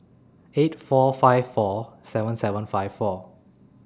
eight four five four seven seven five four